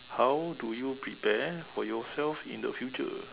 how do you prepare for yourself in the future